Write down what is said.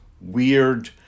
weird